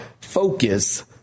focus